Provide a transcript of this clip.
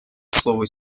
слово